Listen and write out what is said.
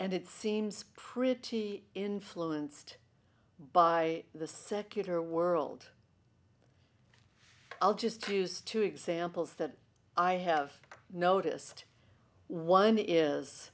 and it seems pretty influenced by the secular world i'll just cruise two examples that i have noticed one is